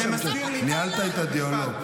ניהלת את הדיון.